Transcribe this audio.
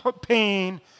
pain